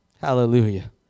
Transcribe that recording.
Hallelujah